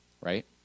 right